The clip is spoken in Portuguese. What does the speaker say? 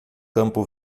campo